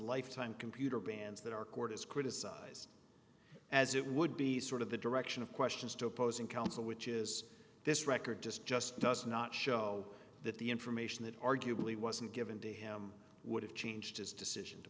lifetime computer bands that our court is criticized as it would be sort of the direction of questions to opposing counsel which is this record just just does not show that the information that arguably wasn't given to him would have changed his decision to